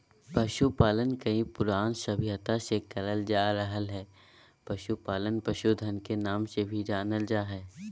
पशुपालन कई पुरान सभ्यता से करल जा रहल हई, पशुपालन पशुधन के नाम से भी जानल जा हई